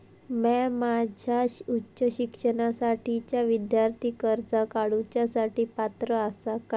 म्या माझ्या उच्च शिक्षणासाठीच्या विद्यार्थी कर्जा काडुच्या साठी पात्र आसा का?